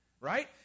right